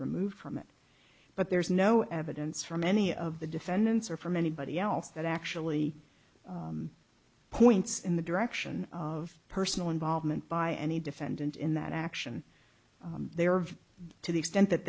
removed from it but there is no evidence from any of the defendants or from anybody else that actually points in the direction of personal involvement by any defendant in that action they were to the extent that